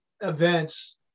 events